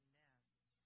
nests